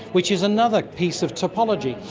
which is another piece of topology.